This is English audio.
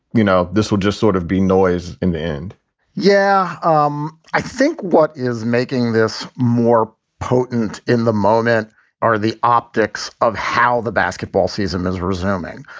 you know, this will just sort of be noise in the end yeah. um i think what is making this more potent in the moment are the optics of how the basketball season is resuming.